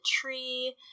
tree